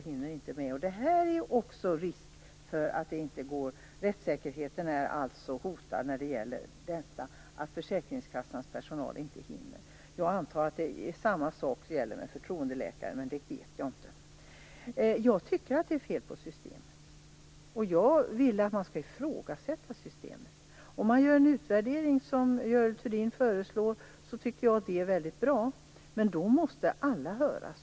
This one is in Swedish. Det innebär en risk, och rättssäkerheten är hotad på grund av att försäkringskassans personal inte hinner med. Jag antar att samma sak gäller förtroendeläkarna, men det vet jag inte. Jag tycker att det är fel på systemet. Jag vill att man skall ifrågasätta systemet. Om man gör en utvärdering, som Görel Thurdin föreslår, tycker jag att det är mycket bra. Men då måste alla höras.